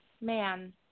man